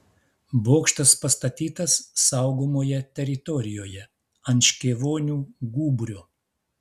bokštas pastatytas saugomoje teritorijoje ant škėvonių gūbrio